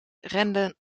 renden